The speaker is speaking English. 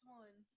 one